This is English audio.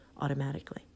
automatically